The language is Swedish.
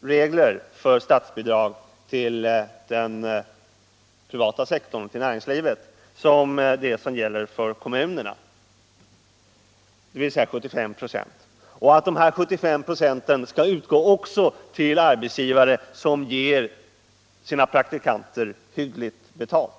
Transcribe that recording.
regler för statsbidrag till den privata sektorn, till näringslivet, som de som gäller för kommunerna, dvs. 75 4, och att dessa 75 96 skall utgå också till arbetsgivare som ger sina praktikanter hyggligt betalt.